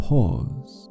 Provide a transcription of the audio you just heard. Pause